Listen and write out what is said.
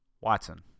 Watson